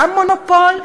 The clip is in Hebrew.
גם מונופול,